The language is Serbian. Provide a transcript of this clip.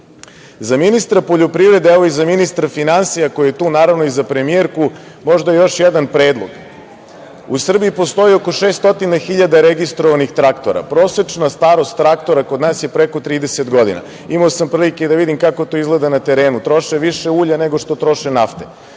ministra poljoprivrede, evo i za ministra finansija koji je tu, naravno, i za premijerku, možda još jedan predlog. U Srbiji postoji oko 600.000 registrovanih traktora. Prosečna starost traktora kod nas je preko 30 godina. Imao sam prilike da vidim kako to izgleda na terenu. Troše više ulja nego što troše nafte.